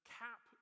cap